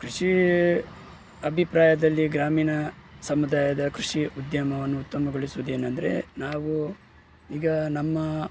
ಕೃಷಿ ಅಭಿಪ್ರಾಯದಲ್ಲಿ ಗ್ರಾಮೀಣ ಸಮುದಾಯದ ಕೃಷಿ ಉದ್ಯಮವನ್ನು ಉತ್ತಮಗೊಳಿಸುದೇನೆಂದರೆ ನಾವು ಈಗ ನಮ್ಮ